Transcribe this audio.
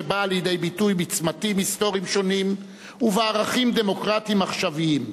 שבאה לידי ביטוי בצמתים היסטוריים שונים ובערכים דמוקרטיים עכשוויים.